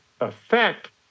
effect